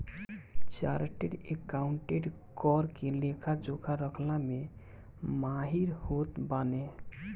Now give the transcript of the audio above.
chartered accountant कर के लेखा जोखा रखला में माहिर होत बाने